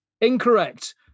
Incorrect